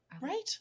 right